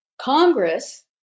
Congress